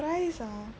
fries ah